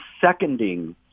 seconding